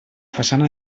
façana